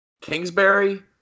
Kingsbury